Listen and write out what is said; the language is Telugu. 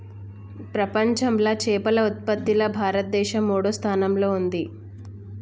ప్రపంచంలా చేపల ఉత్పత్తిలా భారతదేశం మూడో స్థానంలా ఉంది